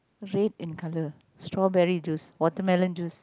red in color strawberry juice watermelon juice